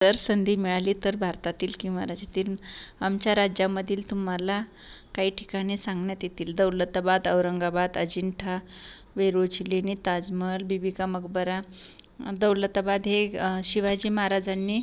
जर संधी मिळाली तर भारतातील किंवा राज्यातील आमच्या राज्यामधील तुम्हाला काही ठिकाणे सांगण्यात येतील दौलताबाद औरंगाबाद अजिंठा वेरूळची लेणी ताजमहाल बिबी का मकबरा दौलताबाद हे शिवाजी महाराजांनी